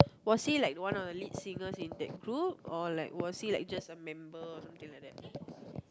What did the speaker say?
was he like one of the lead singers in that group or like was he like just a member or something like that